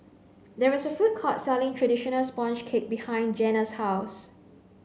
there is a food court selling traditional sponge cake behind Janna's house